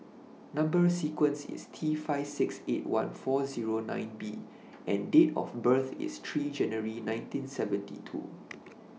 Number sequence IS T five six eight one four nine B and Date of birth IS three January nineteen seventy two